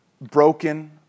Broken